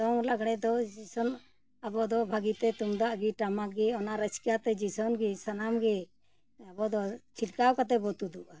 ᱫᱚᱝ ᱞᱟᱜᱽᱬᱮ ᱫᱚ ᱡᱮᱭᱥᱮ ᱟᱵᱚ ᱫᱚ ᱵᱷᱟᱜᱤ ᱛᱮ ᱛᱩᱢᱫᱟᱜ ᱜᱮ ᱴᱟᱢᱟᱠ ᱜᱮ ᱚᱱᱟ ᱨᱟᱹᱥᱠᱟᱹ ᱛᱮ ᱡᱮᱭᱥᱮ ᱜᱮ ᱥᱟᱱᱟᱢ ᱜᱮ ᱟᱵᱚ ᱫᱚ ᱪᱷᱤᱞᱠᱟᱹᱣ ᱠᱟᱛᱮᱫ ᱵᱚᱱ ᱛᱩᱫᱩᱜᱼᱟ